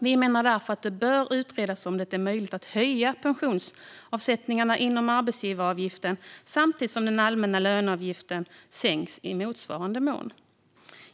Vi menar därför att det bör utredas om det är möjligt att höja pensionsavsättningarna inom arbetsgivaravgiften samtidigt som den allmänna löneavgiften sänks i motsvarande mån.